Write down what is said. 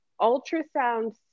ultrasound